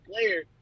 player